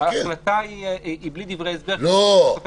ההחלטה היא בלי דברי הסבר כמו בכל החלטות הממשלה.